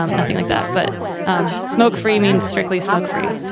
um nothing like that. but smoke free means strictly smoke free.